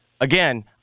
again